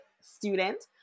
student